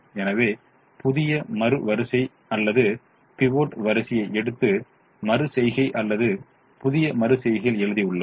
எனவே புதிய மறு வரிசை அல்லது பிவோட் வரிசையை அடுத்து மறு செய்கை அல்லது புதிய மறு செய்கையில் எழுதியுள்ளோம்